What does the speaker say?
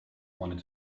wanted